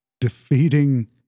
defeating